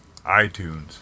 iTunes